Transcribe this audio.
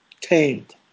tamed